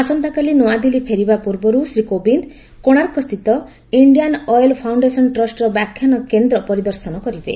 ଆସନ୍ତାକାଲି ନ୍ତଆଦିଲ୍ଲୀ ଫେରିବା ପୂର୍ବରୁ ଶ୍ରୀ କୋବିନ୍ଦ କୋଣାର୍କସ୍ଥିତ ଇଞ୍ଜିଆନ ଅଏଲ ଫାଉଶ୍ଡେସନ ଟ୍ରଷ୍ଟର ବ୍ୟାଖ୍ୟାନ କେନ୍ଦ୍ର ପରିଦର୍ଶନ କରିବେ